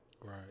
right